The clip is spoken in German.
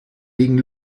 legen